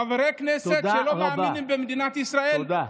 חברי כנסת שלא מאמינים במדינת ישראל, תודה.